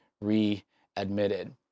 re-admitted